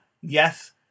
yes